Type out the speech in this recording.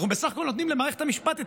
אנחנו בסך הכול נותנים למערכת המשפט את